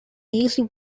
easy